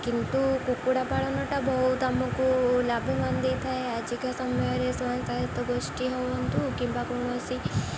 କିନ୍ତୁ କୁକୁଡ଼ା ପାାଳନଟା ବହୁତ ଆମକୁ ଲାଭବାନ ଦେଇଥାଏ ଆଜିକା ସମୟରେ ସ୍ୱୟଂଚାଳିତ ଗୋଷ୍ଠୀ ହୁଅନ୍ତୁ କିମ୍ବା କୌଣସି